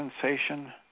sensation